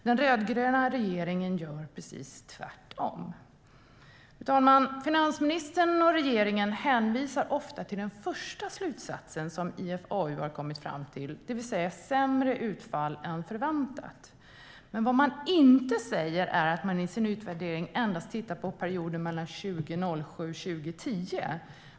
Den rödgröna regeringen gör precis tvärtom. Fru talman! Finansministern och regeringen hänvisar ofta till den första slutsatsen som IFAU har kommit fram till, det vill säga sämre utfall än förväntat. Men vad man inte säger är att man i sin utvärdering har tittat endast på perioden mellan 2007 och 2010.